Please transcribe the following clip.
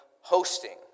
hosting